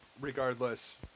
Regardless